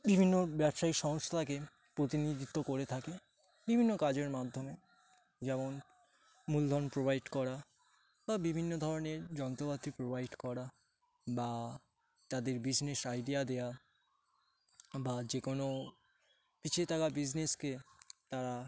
বিভিন্ন ব্যবসায়ী সংস্থাকে প্রতিনিধিত্ব করে থাকে বিভিন্ন কাজের মাধ্যমে যেমন মূলধন প্রোভাইড করা বা বিভিন্ন ধরনের যন্ত্রপাতি প্রোভাইড করা বা তাদের বিজনেস আইডিয়া দেওয়া বা যে কোনো পিছিয়ে থাকা বিজনেসকে তারা